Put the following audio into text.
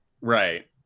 right